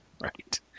right